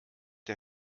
der